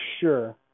sure